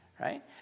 right